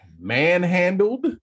manhandled